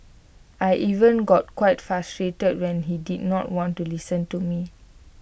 I even got quite frustrated when he did not want to listen to me